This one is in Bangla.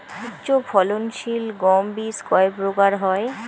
উচ্চ ফলন সিল গম বীজ কয় প্রকার হয়?